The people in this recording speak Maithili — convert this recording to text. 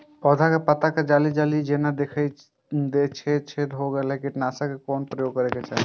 पोधा के पत्ता पर यदि जाली जाली जेना दिखाई दै छै छै कोन कीटनाशक के प्रयोग करना चाही?